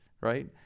right